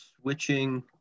switching